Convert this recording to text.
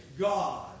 God